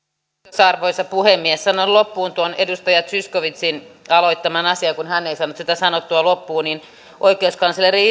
ettekö arvoisa puhemies sanon loppuun tuon edustaja zyskowiczin aloittaman asian kun hän ei saanut sitä sanottua loppuun oikeuskansleri